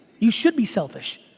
you should be selfish.